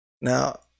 Now